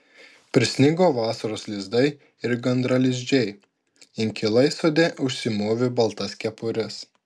prisnigo vasaros lizdai ir gandralizdžiai inkilai sode užsimovė baltas kepures